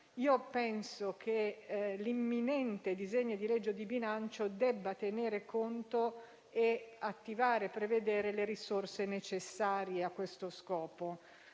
Penso che l'imminente disegno di legge di bilancio debba tenere conto di ciò e prevedere le risorse necessarie a questo scopo.